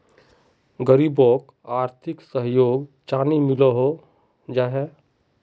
गरीबोक आर्थिक सहयोग चानी मिलोहो जाहा?